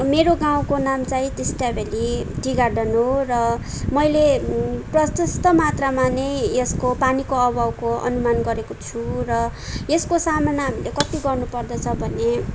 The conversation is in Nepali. मेरो गाउँको नाम चाहिँ टिस्टाभेल्ली टी गार्डन हो र मैले प्रसस्त मात्रामा नै यसको पानीको अभावको अनुमान गरेको छु र यसको सामना हामीले कति गर्नु पर्दछ भने